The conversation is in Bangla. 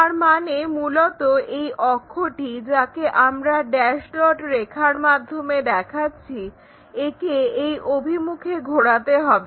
তারমানে মূলত এই অক্ষটি যাকে আমরা ড্যাশ ডট রেখার মাধ্যমে দেখাচ্ছি একে এই অভিমুখে ঘোরাতে হবে